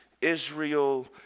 Israel